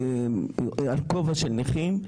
אני על כובע של הנכים,